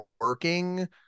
working